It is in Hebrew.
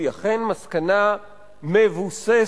והיא אכן מסקנה מבוססת,